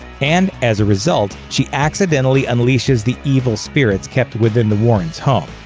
and, as a result, she accidentally unleashes the evil spirits kept within the warrens' home.